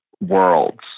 worlds